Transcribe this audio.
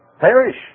perish